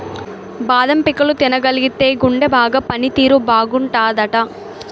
బాదం పిక్కలు తినగలిగితేయ్ గుండె బాగా పని తీరు బాగుంటాదట